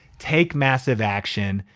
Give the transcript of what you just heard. take massive action.